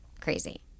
crazy